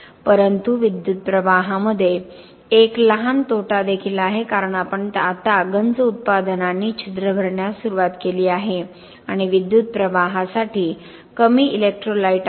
परंतु विद्युतप्रवाहामध्ये एक लहान तोटा देखील आहे कारण आपण आता गंज उत्पादनांनी छिद्र भरण्यास सुरुवात केली आहे आणि विद्युत प्रवाहासाठी कमी इलेक्ट्रोलाइट आहे